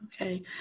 Okay